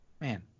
Man